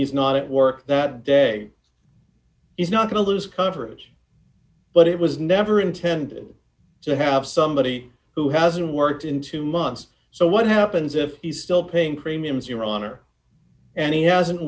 he's not at work that day he's not going to lose coverage but it was never intended to have somebody who hasn't worked in two months so what happens if he's still paying premiums your honor and he doesn't